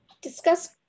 Discuss